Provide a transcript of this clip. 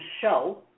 show